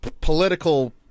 political